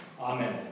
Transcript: Amen